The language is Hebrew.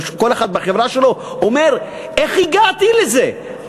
כל אחד בחברה שלו, אומר: איך הגעתי לזה?